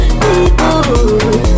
people